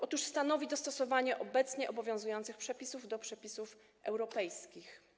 Otóż stanowi dostosowanie obecnie obowiązujących przepisów do przepisów europejskich.